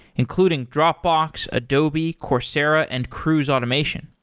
including dropbox, adobe, coursera and cruise automation.